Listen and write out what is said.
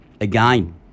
again